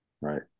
Right